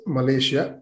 Malaysia